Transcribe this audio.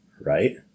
right